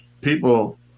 people